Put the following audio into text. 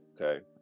okay